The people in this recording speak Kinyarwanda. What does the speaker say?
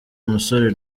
umusore